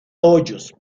hoyos